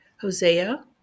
Hosea